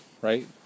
right